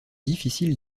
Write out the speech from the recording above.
difficile